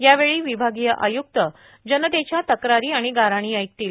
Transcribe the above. यावेळी विभागीय आयुक्त जनतेच्या तक्रारी आणि गाऱ्हाणी ऐकतील